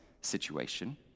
situation